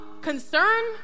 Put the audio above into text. concern